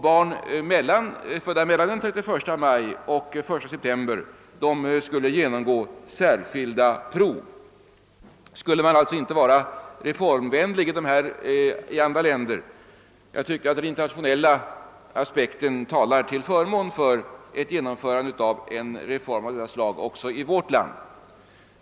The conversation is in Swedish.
Barn födda mellan den 31 maj och den 1 september skulle genomgå särskilda prov. Skulle man alltså inte vara reformvänlig i andra länder? Jag tycker att den internatio nella aspekten talar till förmån för ett genomförande av en reform av detta slag också i vårt land.